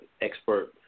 expert